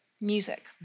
music